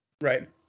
right